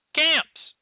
camps